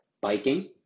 biking